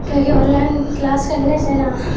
کیونکہ online class کرنے سے نا